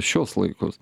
šiuos laikus